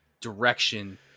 direction